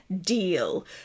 deal